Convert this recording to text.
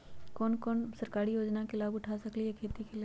हम कोन कोन सरकारी योजना के लाभ उठा सकली ह खेती के लेल?